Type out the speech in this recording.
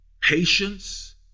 patience